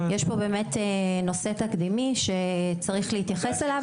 יש פה באמת נושא תקדימי שצריך להתייחס אליו.